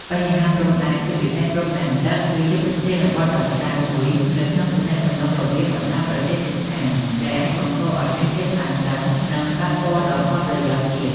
បញ្ហាព្រំដែន ជាពិសេសព្រំដែនទឹក គឺជាប្រធានបទដ៏ក្តៅមួយនៅក្នុងទំនាក់ទំនងរវាងបណ្តាប្រទេសជិតខាង ដែលអាចបង្កឱ្យមានភាពតានតឹង និងប៉ះពាល់ដល់ផលប្រយោជន៍ជាតិ។